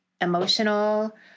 emotional